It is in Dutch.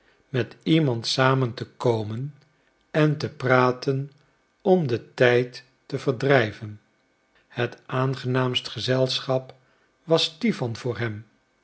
met iemand samen te komen en te praten om den tijd te verdrijven het aangenaamst gezelschap was stipan voor hem